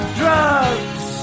drugs